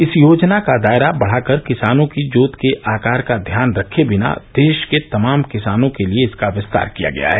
इस योजना का दायरा बढ़ाकर किसानों की जोत के आकार का ध्यान रखे बिना देश के तमाम किसानों के लिए इसका विस्तार किया गया है